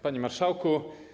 Panie Marszałku!